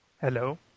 Hello